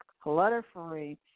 clutter-free